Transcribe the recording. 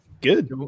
Good